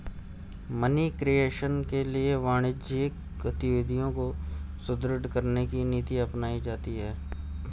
money creation के लिए वाणिज्यिक गतिविधियों को सुदृढ़ करने की नीति अपनाई जाती है